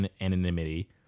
anonymity